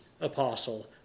apostle